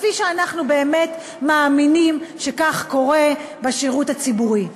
כפי שאנחנו באמת מאמינים שכך קורה בשירות הציבורי,